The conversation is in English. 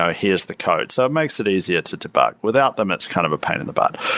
ah here's the code. so it makes it easier to debug. without them, it's kind of a pain in the butt.